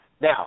Now